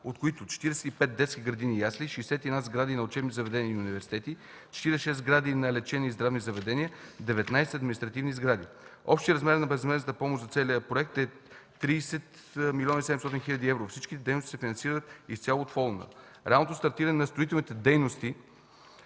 от които 45 – детски градини и ясли, 61 сгради на учебни заведения и университети, 46 сгради на лечебни и здравни заведения, 19 административни сгради. Общият размер на безвъзмездната помощ за целия проект е 30 млн. 730 хил. евро. Всички дейности се финансират изцяло от фонда. Реалното стартиране на строителните дейности